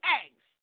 eggs